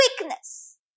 weakness